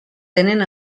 tenen